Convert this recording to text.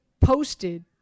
posted